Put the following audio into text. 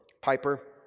Piper